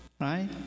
right